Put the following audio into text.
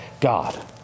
God